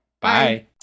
Bye